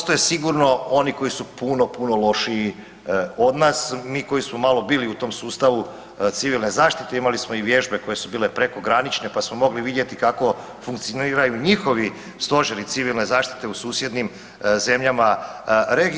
Tako je, postoje sigurno oni koji su puno, puno lošiji od nas, mi koji smo malo bili u tom sustavu civilne zaštite imali smo i vježbe koje su bile prekogranične pa smo mogli vidjeti kako funkcioniraju njihovi stožeri civilne zaštite u susjednim zemljama regije.